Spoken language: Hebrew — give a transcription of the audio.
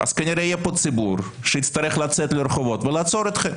-- אז כנראה יהיה פה ציבור שיצטרך לצאת לרחובות ולעצור אתכם.